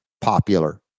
popular